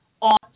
on